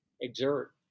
Exert